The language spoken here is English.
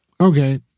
Okay